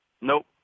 Nope